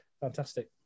fantastic